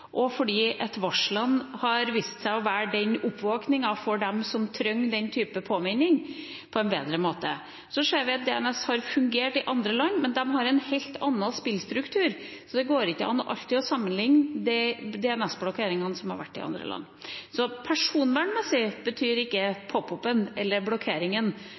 og varslene har vist seg på en bedre måte å være en oppvåkning for dem som trenger den type påminning. Vi ser at DNS har fungert i andre land, men de har en helt annen spillstruktur, så det går ikke alltid an å sammenlikne med de DNS-blokkeringene som har vært i andre land. For personvernet betyr ikke pop-up-en, eller blokkeringen,